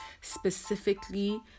specifically